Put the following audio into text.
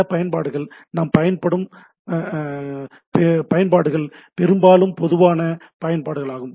சில பயன்பாடுகள் நாம் குறிப்பிடும் பயன்பாடுகள் பெரும்பாலும் பொதுவான பயன்பாடுகளாகும்